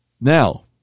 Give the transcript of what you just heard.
Now